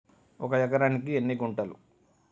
ఒక ఎకరానికి ఎన్ని గుంటలు?